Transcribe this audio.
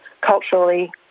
culturally